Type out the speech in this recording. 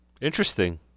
Interesting